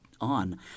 on